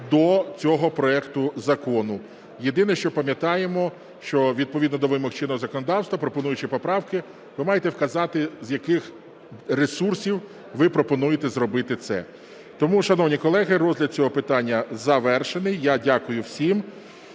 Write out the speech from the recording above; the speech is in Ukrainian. до цього проекту закону. Єдине, що пам'ятаємо, що відповідно до вимог чинного законодавства, пропонуючи поправки, ви маєте вказати, з яких ресурсів ви пропонуєте зробити це. Тому, шановні колеги, розгляд цього питання завершений. Я дякую всім.